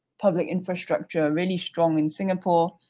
public infrastructure really strong in singapore.